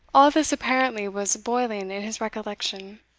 all this apparently was boiling in his recollection.